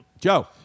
Joe